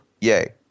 yay